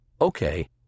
Okay